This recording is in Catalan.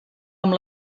amb